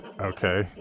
Okay